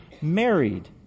married